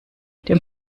dem